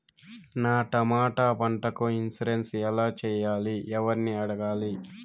నా టమోటా పంటకు ఇన్సూరెన్సు ఎలా చెయ్యాలి? ఎవర్ని అడగాలి?